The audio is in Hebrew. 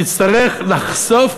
יצטרך לחשוף